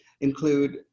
Include